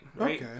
Okay